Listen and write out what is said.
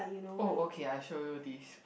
oh okay I show you this